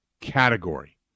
category